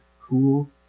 cool